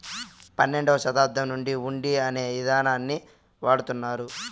పన్నెండవ శతాబ్దం నుండి హుండీ అనే ఇదానాన్ని వాడుతున్నారు